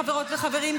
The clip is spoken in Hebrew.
חברות וחברים,